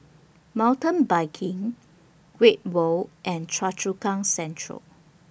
Mountain Biking Great World and Choa Chu Kang Central